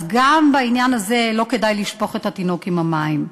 אז גם בעניין הזה לא כדאי לשפוך את התינוק עם המים.